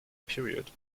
period